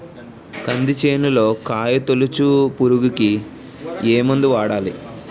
కంది చేనులో కాయతోలుచు పురుగుకి ఏ మందు వాడాలి?